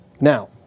Now